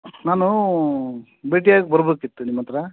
ನಾನೂ ಭೇಟಿಯಾಗೋಕ್ ಬರ್ಬೇಕಿತ್ತು ನಿಮ್ಮ ಹತ್ರ